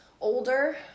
older